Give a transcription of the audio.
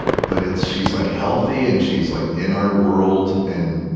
but it's, she's like healthy and she's like in our world. and,